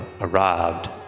arrived